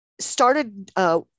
started